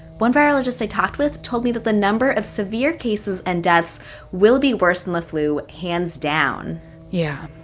one virologist i talked with told me that the number of severe cases and deaths will be worse than the flu, hands down yeah.